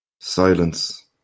Silence